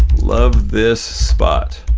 love this spot,